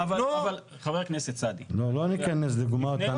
חבר הכנסת סעדי --- לא ניכנס לדוגמאות.